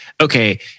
okay